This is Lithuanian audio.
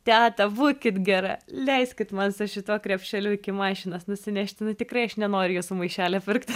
teta būkit gera leiskit man su šituo krepšeliu iki mašinos nusinešti tikrai aš nenoriu jūsų maišelio pirkt